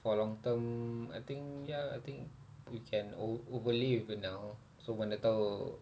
for long term I think ya I think we can o~ overlay with it now so when the tile